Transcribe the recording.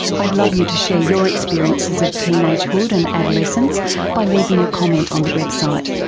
i'd love you to share your experiences of teenagehood and adolescence by leaving a comment on the website,